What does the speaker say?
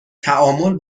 تعامل